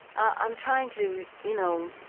i'm trying to you know,